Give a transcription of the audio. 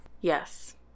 Yes